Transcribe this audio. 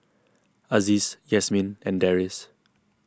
Aziz Yasmin and Deris